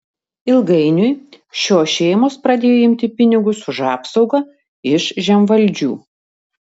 ilgainiui šios šeimos pradėjo imti pinigus už apsaugą iš žemvaldžių